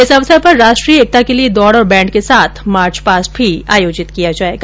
इस अवसर पर राष्ट्रीय एकता के लिए दौड़ और बैण्ड के साथ मार्चपास्ट भी आयोजित किया जायेगा